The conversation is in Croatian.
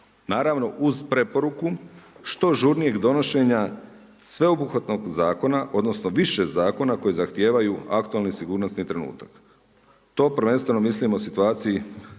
naravno uz preporuku što žurnijeg donošenja sveobuhvatnog zakona, odnosno više zakon koji zahtijevaju aktualni sigurnosti trenutak. To prvenstveno mislim o situaciji